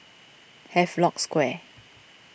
Havelock Square